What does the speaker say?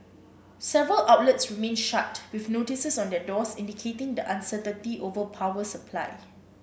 several outlets remained shut with notices on their doors indicating the uncertainty over power supply